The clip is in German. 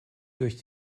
durch